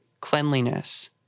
cleanliness